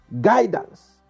guidance